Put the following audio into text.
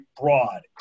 broad